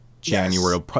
January